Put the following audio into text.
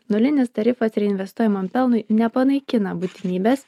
nulinis tarifas reinvestuojamam pelnui nepanaikina būtinybės